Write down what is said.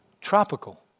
tropical